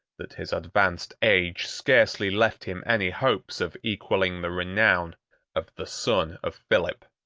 that his advanced age scarcely left him any hopes of equalling the renown of the son of philip.